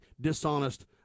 dishonest